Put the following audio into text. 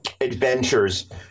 adventures